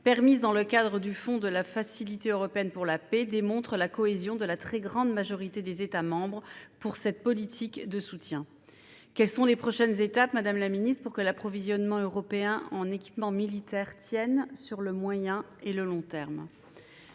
permise dans le cadre du fonds de la Facilité européenne pour la paix, démontre la cohésion de la très grande majorité des États membres en faveur de cette politique de soutien. Quelles sont les prochaines étapes, madame la secrétaire d'État, pour que l'approvisionnement européen en équipements militaires tienne sur le moyen et long terme ?